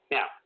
Now